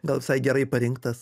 gal visai gerai parinktas